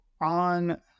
on